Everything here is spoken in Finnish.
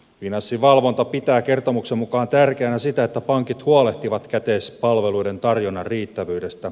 finanssivalvonta pitää kertomuksen mukaan tärkeänä sitä että pankit huolehtivat käteispalveluiden tarjonnan riittävyydestä